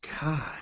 God